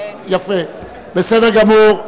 יפה, בסדר גמור.